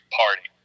party